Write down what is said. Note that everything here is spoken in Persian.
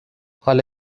حالا